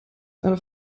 eine